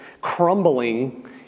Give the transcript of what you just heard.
crumbling